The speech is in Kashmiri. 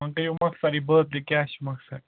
وۅنۍ کٔرِو مۅخصرٕے بوتلہِ کیٛاہ چھُ مۅخصر